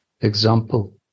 example